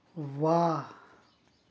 ವಾಹ್